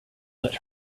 let